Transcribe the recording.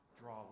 draw